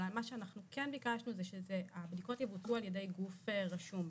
אבל מה שאנחנו כן ביקשנו זה שהבדיקות יבוצעו על ידי גוף רשום.